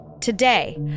Today